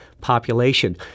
population